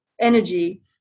energy